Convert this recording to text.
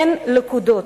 הן לכודות,